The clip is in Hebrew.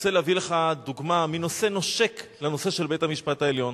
רוצה להביא לך דוגמה מנושא נושק לנושא של בית-המשפט העליון.